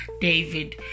David